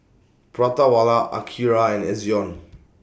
Prata Wala Akira and Ezion